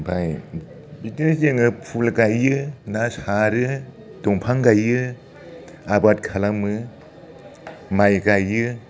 ओमफ्राय बिदिनो जोङो फुल गायो ना सारो दंफां गाइयो आबाद खालामो माइ गाइयो